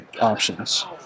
options